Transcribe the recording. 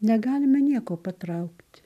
negalime nieko patraukti